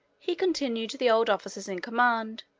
he continued the old officers in command,